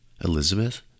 Elizabeth